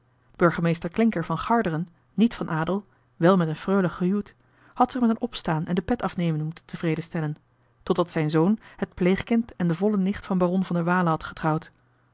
burgemeester klincker van garderen niet van adel wel met een freule gehuwd had zich met een opstaan en de pet afnemen moeten tevreden stellen totdat zijn zoon het pleegkind en de volle nicht van baron van der waele had getrouwd